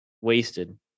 wasted